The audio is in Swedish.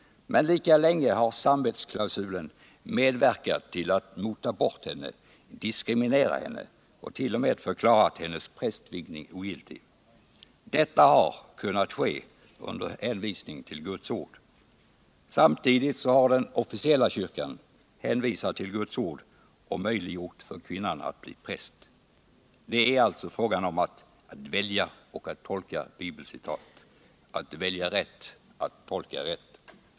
Men lika länge har samvetsklausulen medverkat till att mota bort henne, diskriminera henne och t.o.m. förklara ' hennes prästvigning ogiltig. Detta har kunnat ske under hänvisning till Guds ord. Samtidigt har den officiella kyrkan hänvisat till Guds ord och möjliggjort för kvinnan att bli präst. Det är alltså fråga om att välja och att tolka bibelcitat —- att välja rätt och att tolka rätt.